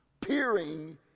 peering